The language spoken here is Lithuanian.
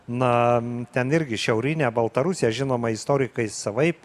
na ten irgi šiaurinė baltarusija žinoma istorikai savaip